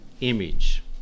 image